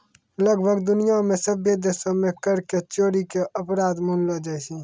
लगभग दुनिया मे सभ्भे देशो मे कर के चोरी के अपराध मानलो जाय छै